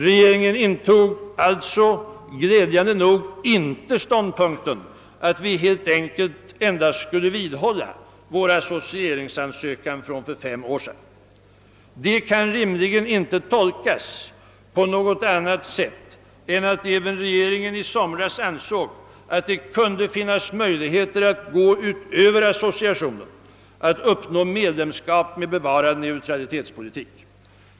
Regeringen intog alltså glädjande nog inte ståndpunkten, att vi helt enkelt endast skulle vidhålla den associeringsansökan som ingavs för fem år sedan. Detta kan rimligen inte tolkas på något annat sätt än att regeringen i somras ansåg, att det kunde finnas möjligheter att gå utöver associationen, d.v.s. att uppnå medlemskap med bevarad neutralitetspolitik.